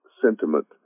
sentiment